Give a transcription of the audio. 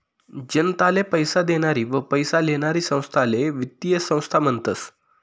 जनताले पैसा देनारी व पैसा लेनारी संस्थाले वित्तीय संस्था म्हनतस